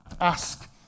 Ask